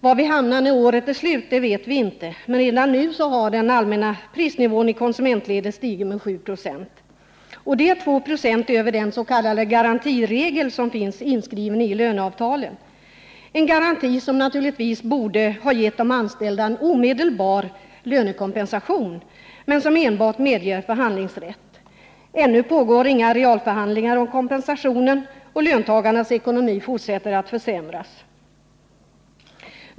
Var vi hamnar när året är slut vet vi inte, men redan nu har den allmänna prisnivån i konsumentledet stigit med 7 96. Det är 2 96 över den s.k. garantiregel som finns inskriven i löneavtalen, en garanti som naturligtvis borde ha gett de anställda en omedelbar lönekompensation men som enbart medger förhandlingsrätt. Ännu pågår inga realförhandlingar om kompensationen, och löntagarnas ekonomi fortsätter att försämras.